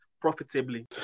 profitably